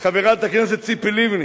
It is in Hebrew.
חברת הכנסת ציפי לבני,